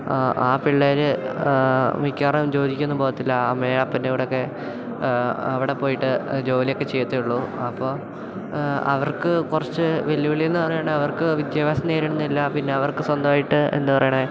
ആ പിള്ളേർ മിക്കവാറും ജോലിക്കൊന്നും പോകത്തില്ല അമ്മയുടേയും അപ്പൻ്റേയും കൂടെയൊക്കെ അവിടെ പോയിട്ട് ജോലിയൊക്കെ ചെയ്യത്തെ ഉള്ളു അപ്പോൾ അവർക്ക് കുറച്ച് വെല്ലുവിളിയെന്നു പറയണത് അവർക്ക് വിദ്യാഭ്യാസം നേടുന്നില്ല പിന്നെ അവർക്ക് സ്വന്തമായിട്ട് എന്താ പറയണത്